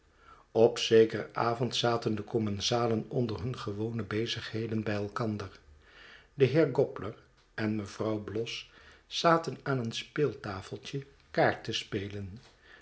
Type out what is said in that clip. op zekeren avond zaten de commensalen onder hun gewone bezigheden bij elkander be heer gobler en mevrouw bloss zaten aan een speeltafeltje kaart te spelen